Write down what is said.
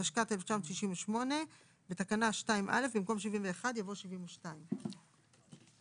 התשכ"ט-1968, במקום "71" יבוא "72".